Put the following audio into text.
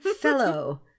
Fellow